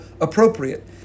appropriate